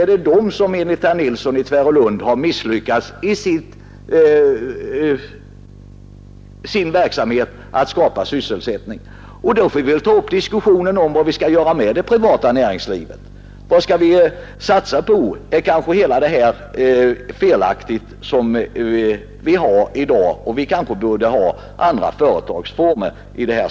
Är det detta näringsliv som enligt herr Nilsson i Tvärålund misslyckats i sin verksamhet att skapa sysselsättning? Då får vi väl ta upp diskussioner om vad vi skall göra med det privata näringslivet. Vad skall vi satsa på? Är kanske hela detta system som vi har i dag felaktigt? Vi kanske skulle ha andra företagsformer.